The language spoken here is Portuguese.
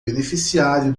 beneficiário